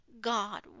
God